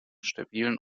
stabilen